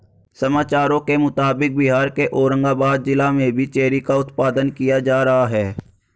समाचारों के मुताबिक बिहार के औरंगाबाद जिला में भी चेरी का उत्पादन किया जा रहा है